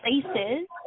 places